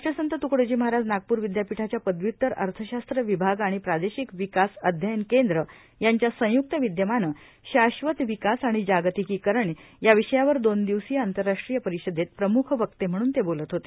राष्ट्संत त्रकडोजी महाराज नागपूर विद्यापीठाच्या पदव्युतर अर्थशास्त्र विभाग आणि प्रादेशिक विकास अध्ययन केंद्र यांच्या संय्क्त विद्यमानं शाश्वत विकास आणि जागतिकीकरण या विषयावर दोन दिवसीय आंतरराष्ट्रीय परिषदेत प्रमुख वक्ते म्हणून ते बोलत होते